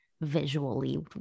visually